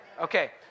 Okay